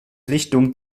richtung